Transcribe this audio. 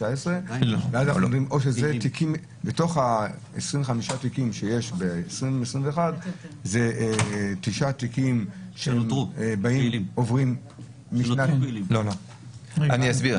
או ש-25 התיקים שיש ב-2021-2020 הם 9 תיקים שעוברים --- אני אסביר.